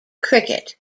cricket